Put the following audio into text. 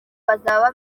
bazaba